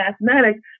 mathematics